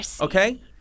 Okay